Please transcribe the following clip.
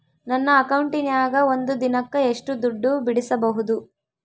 ನನ್ನ ಅಕೌಂಟಿನ್ಯಾಗ ಒಂದು ದಿನಕ್ಕ ಎಷ್ಟು ದುಡ್ಡು ಬಿಡಿಸಬಹುದು?